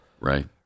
Right